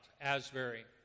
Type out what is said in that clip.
Asbury